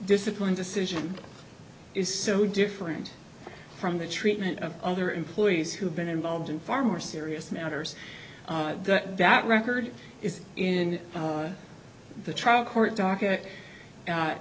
discipline decision is so different from the treatment of other employees who have been involved in far more serious matters that record is in the trial court docket